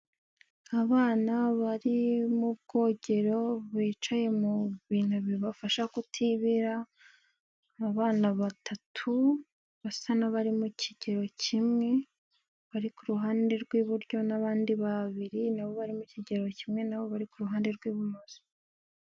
Abana bari mu bwogero, bicaye mu bintu bibafasha kutibira. Niabana batatu basa n'abari mu kigero kimwe, bari ku ruhande rw'iburyo, abandi babiri nabo bari mu kigero kimwe nbari ku ruhande rw'ibumoso.